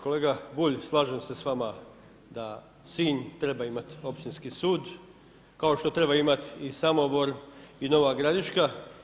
Kolega Bulj, slažem se s vama da Sinj treba imati općinski sud kao što treba imati i Samobor i nova gradiška.